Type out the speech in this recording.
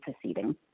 proceeding